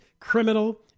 criminal